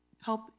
help